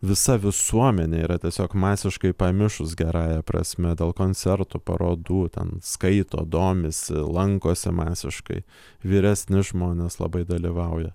visa visuomenė yra tiesiog masiškai pamišus gerąja prasme dėl koncertų parodų ten skaito domisi lankosi masiškai vyresni žmonės labai dalyvauja